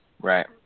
right